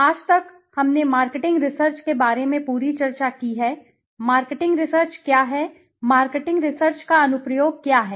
आज तक हमने मार्केटिंग रिसर्च के बारे में पूरी चर्चा की है मार्केटिंग रिसर्च क्या है मार्केटिंग रिसर्च का अनुप्रयोग क्या है